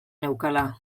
neukala